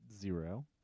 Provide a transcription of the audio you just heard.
zero